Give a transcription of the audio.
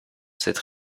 cette